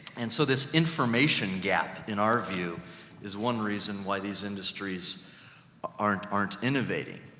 and so this information gap in our view is one reason why these industries aren't, aren't innovating.